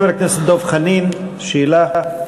חבר הכנסת דב חנין, שאלה.